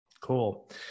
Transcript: Cool